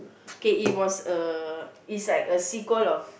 okay it was a it's like a sequel of